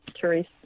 Therese